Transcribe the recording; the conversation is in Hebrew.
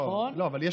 נכון?